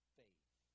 faith